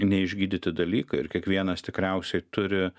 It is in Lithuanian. neišgydyti dalykai ir kiekvienas tikriausiai turi